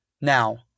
Now